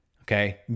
okay